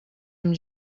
amb